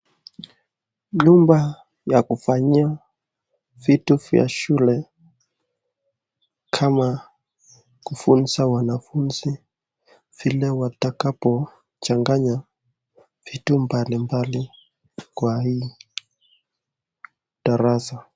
Nyumba ya kufanyia vitu vya shule, kama kufuza wanafuzi vile watakapochaganya vitu mbalimbali kwa hii darasa.